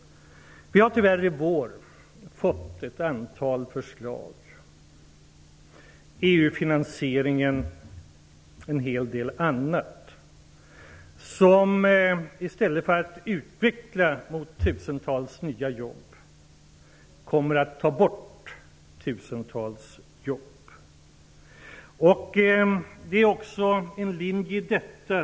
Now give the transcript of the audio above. Vi har tyvärr i år fått ett antal förslag, bl.a. om EU-finansieringen, som i stället för att bidra till utvecklingen av tusentals nya jobb kommer att ta bort tusentals jobb. Det finns också en linje i detta.